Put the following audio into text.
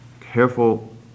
Careful